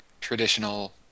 traditional